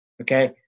okay